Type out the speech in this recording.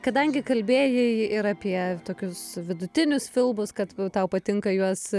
kadangi kalbėjai ir apie tokius vidutinius filmus kad tau patinka juos